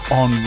on